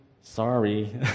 sorry